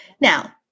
now